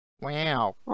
Wow